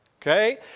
Okay